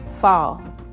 fall